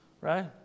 Right